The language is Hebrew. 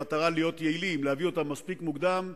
במטרה להיות יעילים, להביא אותם מספיק מוקדם,